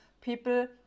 people